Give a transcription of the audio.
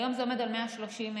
היום זה עומד על 130 מיליון.